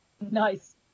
Nice